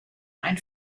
ein